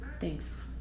Thanks